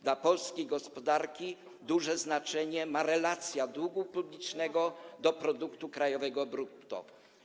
Dla polskiej gospodarki duże znaczenie ma relacja długu publicznego do produktu krajowego brutto.